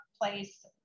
place